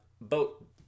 boat